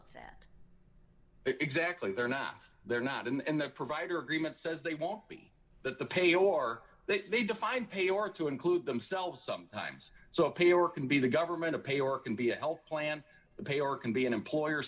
of that exactly they're not they're not and the provider agreement says they won't be but the pay or they define pay or to include themselves sometimes so a player can be the government to pay or can be a health plan to pay or can be an employer